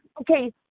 okay